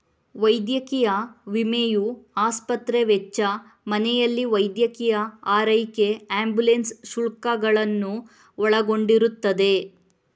ವೈದ್ಯಕೀಯ ವಿಮೆಯು ಆಸ್ಪತ್ರೆ ವೆಚ್ಚ, ಮನೆಯಲ್ಲಿ ವೈದ್ಯಕೀಯ ಆರೈಕೆ ಆಂಬ್ಯುಲೆನ್ಸ್ ಶುಲ್ಕಗಳನ್ನು ಒಳಗೊಂಡಿರುತ್ತದೆ